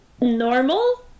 normal